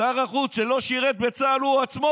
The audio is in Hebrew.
שר החוץ, שלא שירת בצה"ל, הוא עצמו.